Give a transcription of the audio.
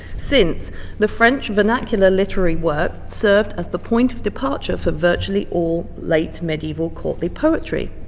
since the french vernacular literary work served as the point of departure for virtually all late medieval courtly poetry.